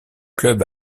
club